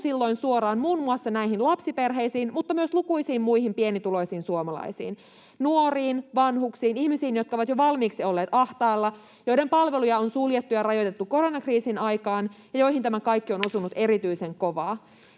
silloin suoraan muun muassa näihin lapsiperheisiin, mutta myös lukuisiin muihin pienituloisiin suomalaisiin: nuoriin, vanhuksiin, ihmisiin, jotka ovat jo valmiiksi olleet ahtaalla, joiden palveluja on suljettu ja rajoitettu koronakriisin aikaan ja joihin tämä kaikki on osunut erityisen kovaa.